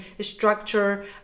structure